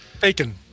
bacon